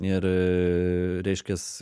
ir reiškias